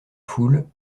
foule